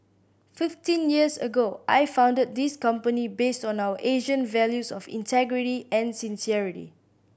fifteen years ago I founded this company based on our Asian values of integrity and sincerity